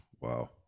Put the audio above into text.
Wow